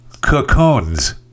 cocoons